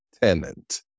tenant